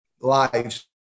lives